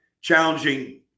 challenging